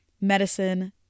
medicine